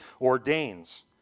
ordains